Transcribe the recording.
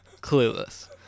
clueless